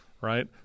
right